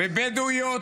בדואיות,